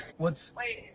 what's wait.